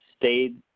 stayed